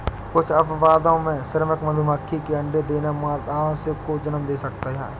कुछ अपवादों में, श्रमिक मधुमक्खी के अंडे देना मादाओं को जन्म दे सकता है